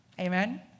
Amen